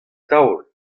taol